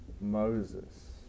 Moses